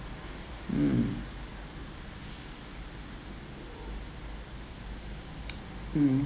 mm mm